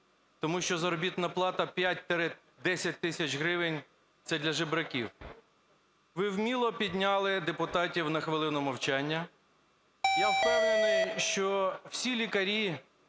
Тому що заробітна плата в 5-10 тисяч гривень – це для жебраків. Ви вміло підняли депутатів на хвилину мовчання. Я впевнений, що всі лікарі